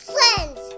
Friends